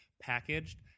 packaged